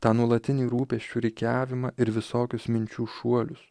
tą nuolatinį rūpesčių rikiavimą ir visokius minčių šuolius